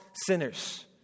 sinners